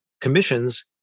commissions